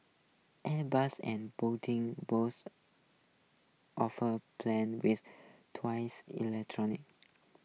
Airbus and boating both offer planes with twice electronic